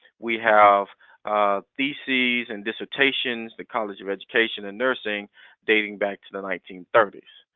we have theses and dissertations, the college of education and nursing dating back to the nineteen thirty s.